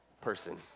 person